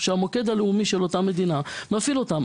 שהמוקד הלאומי של אותה מדינה מפעיל אותם.